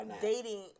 dating